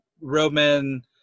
roman